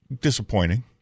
disappointing